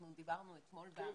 אנחנו דיברנו אתמול ב --- כן,